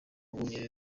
yabonye